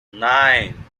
nine